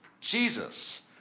Jesus